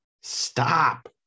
stop